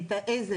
איזו?